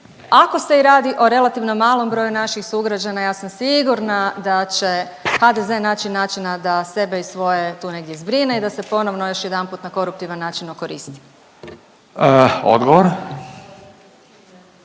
Ako se i radi o relativno malom broju naših sugrađana ja sam sigurna da će HDZ naći načina da sebe i svoje tu negdje zbrine i da ponovno još jedanput na koruptivan način okoristi. **Radin,